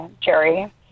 Jerry